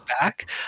back